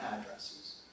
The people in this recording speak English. addresses